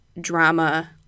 drama